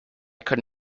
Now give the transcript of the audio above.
could